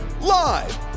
Live